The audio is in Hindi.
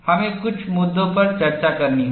हमें कुछ मुद्दों पर चर्चा करनी होगी